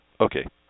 Okay